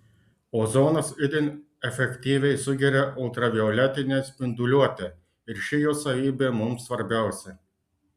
ozonas itin efektyviai sugeria ultravioletinę spinduliuotę ir ši jo savybė mums svarbiausia